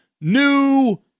new